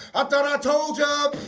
i thought i told y'all